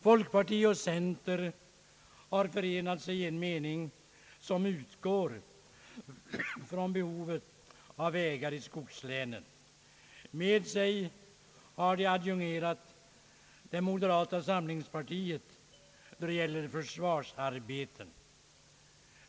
Folkpartiet och centerpartiet har förenat sig i en mening som utgår från behovet av vägar i skogslänen. Med sig har de adjungerat moderata samlingspartiet då det gäller försvarsarbeten.